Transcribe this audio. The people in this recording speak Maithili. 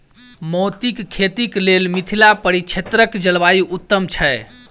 मोतीक खेती केँ लेल मिथिला परिक्षेत्रक जलवायु उत्तम छै?